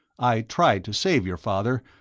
i tried to save your father,